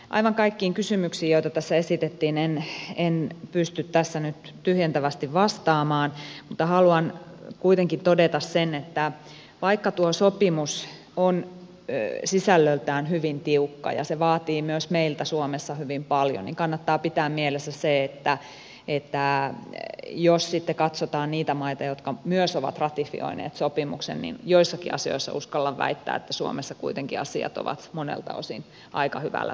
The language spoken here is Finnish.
aivan kaikkiin kysymyksiin joita tässä esitettiin en pysty tässä nyt tyhjentävästi vastaamaan mutta haluan kuitenkin todeta sen että vaikka tuo sopimus on sisällöltään hyvin tiukka ja se vaatii myös meiltä suomessa hyvin paljon niin kannattaa pitää mielessä se että jos katsotaan niitä maita jotka myös ovat ratifioineet sopimuksen niin joissakin asioissa uskallan väittää suomessa kuitenkin asiat ovat monelta osin aika hyvällä tolalla